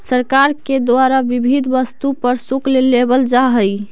सरकार के द्वारा विविध वस्तु पर शुल्क लेवल जा हई